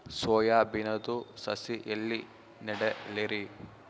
Soya ಬಿನದು ಸಸಿ ಎಲ್ಲಿ ನೆಡಲಿರಿ?